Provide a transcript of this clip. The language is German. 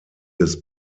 des